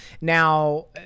now